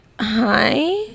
hi